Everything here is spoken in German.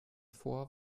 vor